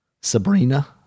Sabrina